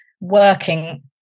working